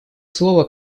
слово